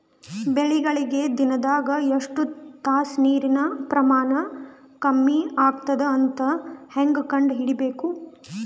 ಬೆಳಿಗಳಿಗೆ ದಿನದಾಗ ಎಷ್ಟು ತಾಸ ನೀರಿನ ಪ್ರಮಾಣ ಕಮ್ಮಿ ಆಗತದ ಅಂತ ಹೇಂಗ ಕಂಡ ಹಿಡಿಯಬೇಕು?